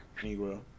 Negro